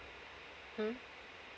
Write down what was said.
hmm